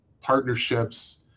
partnerships